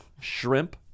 shrimp